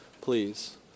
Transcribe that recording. please